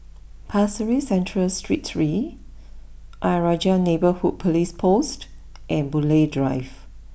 Pasir Ris Central Street three Ayer Rajah Neighbourhood police post and Boon Lay Drive